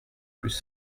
plus